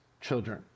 children